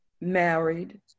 Married